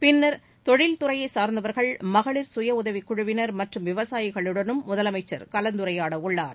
பின்னா் தொழில்துறையை சாா்ந்தவா்கள் மகளிா் சுயஉதவி சுழுவினா் மற்றும் விவசாயிகளுடனும் முதலமைச்சர் கலந்துரையாட உள்ளார்